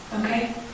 Okay